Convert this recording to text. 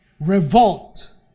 Revolt